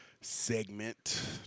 segment